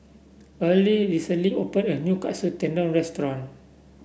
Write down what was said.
earle recently opened a new Katsu Tendon Restaurant